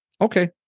Okay